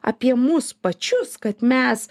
apie mus pačius kad mes